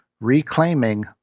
reclaiming